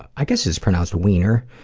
i guess it's pronounced wiener.